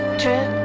trip